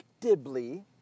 predictably